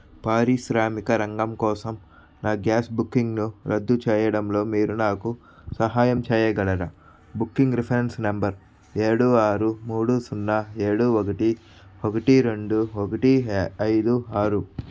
పారిశ్రామిక రంగం కోసం నా గ్యాస్ బుకింగ్ను రద్దు చేయడంలో మీరు నాకు సహాయం చేయగలరా బుకింగ్ రిఫరెన్స్ నంబర్ ఏడు ఆరు మూడు సున్నా ఏడు ఒకటి ఒకటి రెండు ఒకటి ఐదు ఆరు